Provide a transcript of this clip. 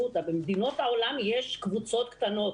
אותה: במדינות העולם יש קבוצות קטנות.